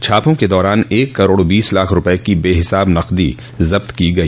छापों के दौरान एक करोड़ बीस लाख रुपये की बेहिसाबी नकदी जब्त की गई